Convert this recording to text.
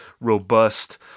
robust